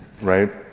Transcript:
right